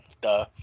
duh